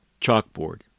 chalkboard